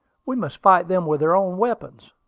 we must fight them with their own weapons.